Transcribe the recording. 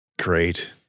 great